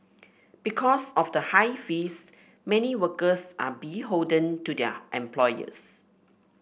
because of the high fees many workers are beholden to their employers